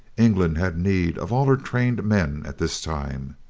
england had need of all her trained men at this time.